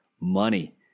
money